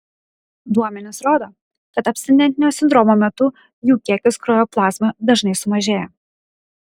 duomenys rodo kad abstinentinio sindromo metu jų kiekis kraujo plazmoje dažnai sumažėja